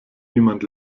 jemand